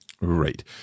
Right